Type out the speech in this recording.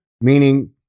meaning